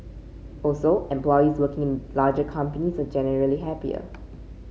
also employees working in larger companies are generally happier